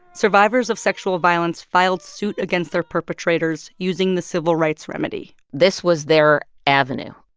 survivors of sexual violence filed suit against their perpetrators using the civil rights remedy this was their avenue.